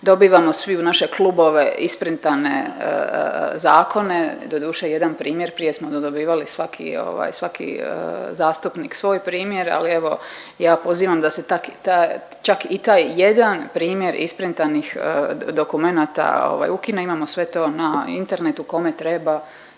dobivamo svi u naše klubove isprintane zakone, doduše jedan primjer prije smo ga dobivali svaki ovaj svaki zastupnik svoj primjer, ali evo ja pozivam da se čak i taj jedan primjer isprintanih dokumenata ovaj ukine. Imamo sve to na internetu, kome treba